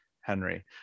Henry